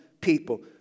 people